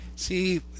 see